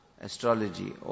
Astrology